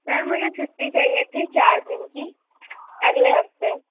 sir मुझे छुट्टी चाहिए थी चार दिन की अगले हफ़्ते